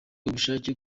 ubushake